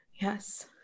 Yes